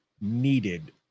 needed